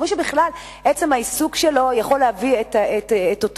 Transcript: מי שעצם העיסוק שלו בכלל יכול להביא את אותו